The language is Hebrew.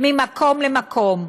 ממקום למקום?